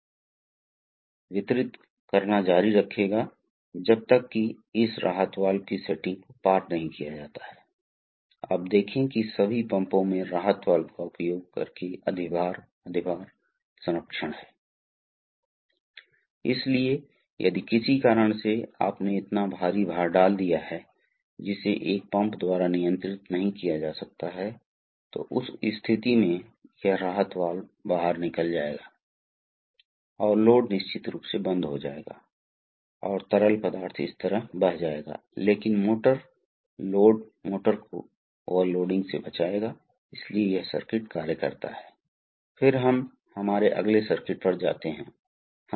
तो इसको समझने के बाद आइए हम पहले इस पर नज़र डालते हैं पहले हमें इस पाठ्यक्रम के बेहतर भाग के लिए हम करेंगे हम इस पाठ में जा रहे हैं हम घटक को देखने जा रहे हैं इसलिए हम देखें घटक को देखना शुरू करें सबसे पहला घटक जो दिमाग में आता है वह द्रव है इसलिए द्रव ही पावर या दबाव को संचारित करता है इसलिए आप पावर का इनपुट बनाते हैं और यह पावर एक तरह से उस पावर से होकर गुजरती है जो कि पावर से होकर गुजरती है वह द्रव जो अतुलनीय है और पावर को एक अलग रूप में वितरित करता है इसलिए दबाव और प्रवाह के संदर्भ में द्रव पावर यांत्रिक पावर में परिवर्तित हो जाती है